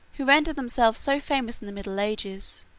who rendered themselves so famous in the middle ages.